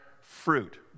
fruit